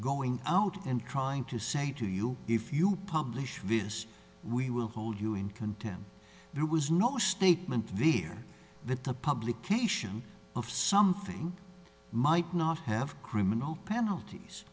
going out and trying to say to you if you publish this we will hold you in contempt there was no statement there that the publication of something might not have criminal penalties